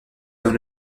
dans